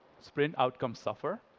sprint outcomes suffer.